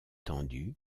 tendu